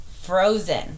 frozen